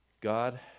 God